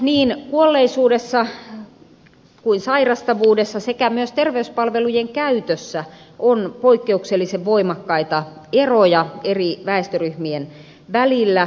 suomessa niin kuolleisuudessa kuin sairastavuudessa sekä myös terveyspalvelujen käytössä on poikkeuksellisen voimakkaita eroja eri väestöryhmien välillä